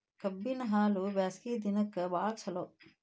ಕಬ್ಬಿನ ಹಾಲು ಬ್ಯಾಸ್ಗಿ ದಿನಕ ಬಾಳ ಚಲೋ